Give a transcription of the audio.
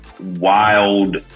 wild